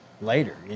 later